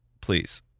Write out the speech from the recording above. Please